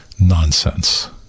nonsense